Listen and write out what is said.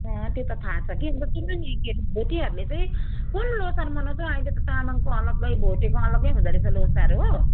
अँ त्यो त थाहा छ कि अन्त सुन्नू नि भोटेहरूले चाहिँ कुन लोसार मनाउँछ अहिले त तामाङको अलग्गै भोटेको अलग्गै हुँदो रहेछ लोसार हो